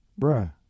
bruh